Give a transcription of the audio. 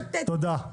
תודה.